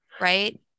Right